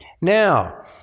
Now